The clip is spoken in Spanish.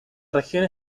región